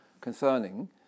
concerning